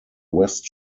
west